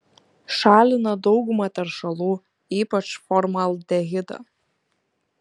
šalina daugumą teršalų ypač formaldehidą